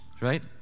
right